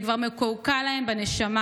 זה כבר מקועקע להם בנשמה.